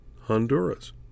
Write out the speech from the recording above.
Honduras